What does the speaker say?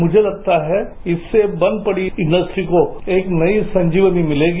मुझे लगता है इससे बंद पड़ी इन्डस्ट्री को एक नई संजीवनी मिलेगी